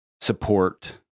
support